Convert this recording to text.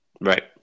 Right